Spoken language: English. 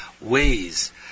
ways